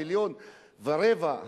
המיליון-ורבע,